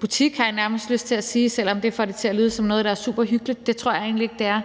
butik, har jeg nærmest lyst til at sige, selv om det får det til at lyde som noget, der er super hyggeligt; det tror jeg egentlig ikke det er.